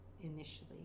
initially